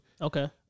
Okay